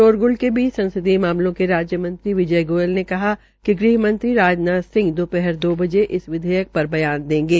शोरगुल के बीच संसदीय मामलों के राज्य मंत्री विजय गोयल ने कहा कि ग़हमंत्री राजनाथ सिंह दो हर दो बजे इस विधेयक र बयान देंगे